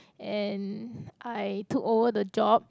and I took over the job